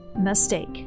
mistake